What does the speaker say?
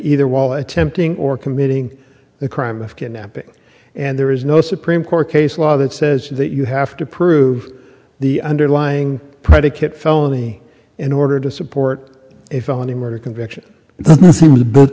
either wall attempting or committing the crime of kidnapping and there is no supreme court case law that says that you have to prove the underlying predicate felony in order to support a felony murder conviction